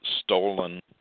stolen